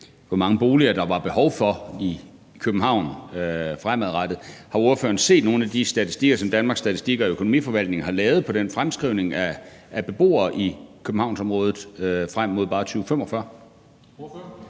hvor mange boliger der var behov for i København fremadrettet, og har ordføreren set nogen af de statistikker, som Danmarks Statistik og Økonomiforvaltningen har lavet på fremskrivning af antal beboere i Københavnsområdet frem mod bare 2045?